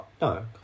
No